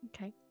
Okay